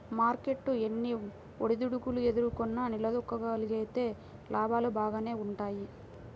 market ఎన్ని ఒడిదుడుకులు ఎదుర్కొన్నా నిలదొక్కుకోగలిగితే లాభాలు బాగానే వుంటయ్యి